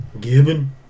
gibbon